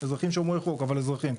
אזרחים שומרי חוק, אבל אזרחים.